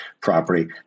property